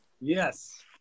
Yes